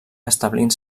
establint